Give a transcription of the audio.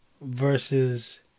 versus